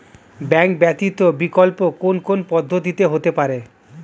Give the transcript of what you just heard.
Bank ব্যতীত বিকল্প কোন কোন পদ্ধতিতে হতে পারে?